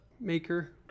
maker